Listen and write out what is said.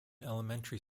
elementary